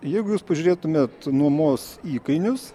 jeigu jūs pažiūrėtumėt nuomos įkainius